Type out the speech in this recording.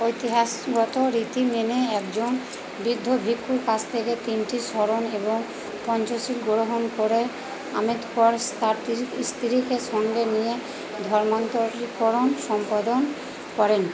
ইতিহাসগত রীতি মেনে একজন বৃদ্ধ ভিক্ষুর কাছ থেকে তিনটি শরণ এবং পঞ্চশীল গ্রহণ করে আমেদকরস তার স্ত্রীকে সঙ্গে নিয়ে ধর্মান্তরকরণ সম্পাদন করেন